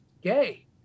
gay